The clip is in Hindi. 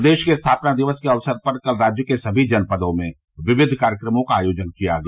प्रदेश के स्थापना दिवस के अवसर पर कल राज्य के सभी जनपदों में विविध कार्यक्रमों का आयोजन किया गया